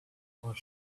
for